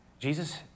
Jesus